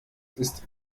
ist